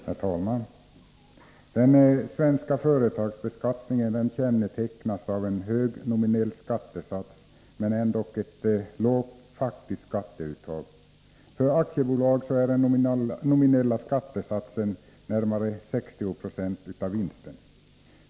Herr talman! Den svenska företagsbeskattningen kännetecknas av en hög nominell skattesats men ändå ett lågt faktiskt skatteuttag. För aktiebolag är den nominella skattesatsen närmare 60 96 av vinsten.